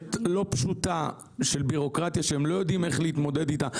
מסכת לא פשוטה של בירוקרטיה שהן לא יודעות איך להתמודד אתה,